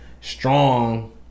strong